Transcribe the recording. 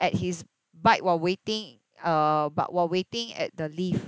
at his bike while waiting uh but while waiting at the lift